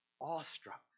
awestruck